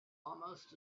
almost